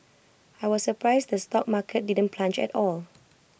I was surprised the stock market didn't plunge at all